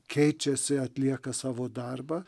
keičiasi atlieka savo darbą